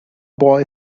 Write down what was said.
boy